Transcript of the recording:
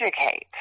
educate